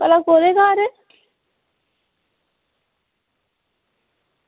भला कोह्दे घर